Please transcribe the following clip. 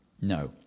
No